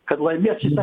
kad laimėti šitą